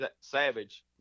savage